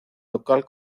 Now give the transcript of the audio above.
local